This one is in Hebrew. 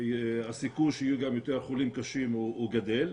הסיכוי שיהיו גם יותר חולים קשים גדל,